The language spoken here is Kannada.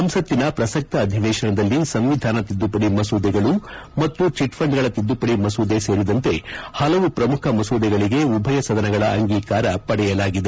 ಸಂಸತ್ತಿನ ಪ್ರಸಕ್ತ ಅಧಿವೇಶನದಲ್ಲಿ ಸಂವಿಧಾನ ತಿದ್ದುಪಡಿ ಮಸೂದೆಗಳು ಮತ್ತು ಚಿಟ್ಫಂಡ್ಗಳ ತಿದ್ದುಪಡಿ ಮಸೂದೆ ಸೇರಿದಂತೆ ಹಲವು ಪ್ರಮುಖ ಮಸೂದೆಗಳಿಗೆ ಉಭಯ ಸದನಗಳ ಅಂಗೀಕಾರ ಪಡೆಯಲಾಗಿದೆ